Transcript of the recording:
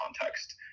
context